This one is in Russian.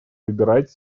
выбирать